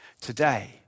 today